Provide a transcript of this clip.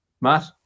Matt